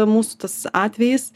mūsų tas atvejis